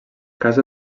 casa